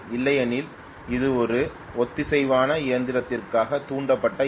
இல்லையெனில் இது ஒரு ஒத்திசைவான இயந்திரத்திற்கான தூண்டப்பட்ட ஈ